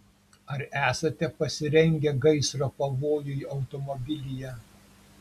ar esate pasirengę gaisro pavojui automobilyje